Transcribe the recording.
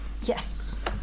Yes